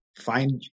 find